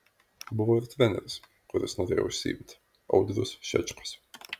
buvo ir treneris kuris norėjo užsiimti audrius šečkus